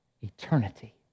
eternity